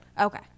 okay